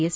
S